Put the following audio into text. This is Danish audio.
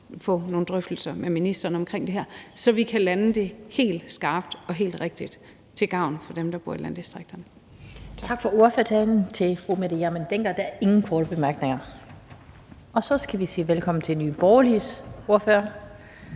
få nogle drøftelser med ministeren omkring det her, så vi kan lande det helt skarpt og helt rigtigt til gavn for dem, der bor i landdistrikterne. Kl. 17:09 Den fg. formand (Annette Lind): Tak for ordførertalen til fru Mette Hjermind Dencker – der er ingen korte bemærkninger. Så siger vi velkommen til Nye Borgerliges ordfører,